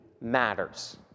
matters